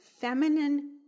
feminine